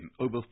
over